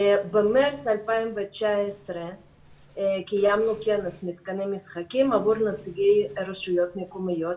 במרץ 2019 קיימנו כנס מתקני משחקים עבור נציגי רשויות מקומיות,